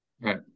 Right